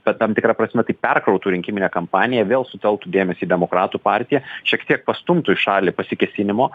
kad tam tikra prasme tai perkrautų rinkiminę kampaniją vėl sutelktų dėmesį į demokratų partiją šiek tiek pastumtų į šalį pasikėsinimo